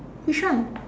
which one